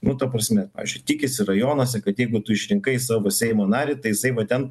nu ta prasme pavyzdžiui tikisi rajonuose kad jeigu tu išrinkai savo seimo narį tai jisai va ten